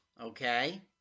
okay